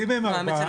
לא, האמת שלא.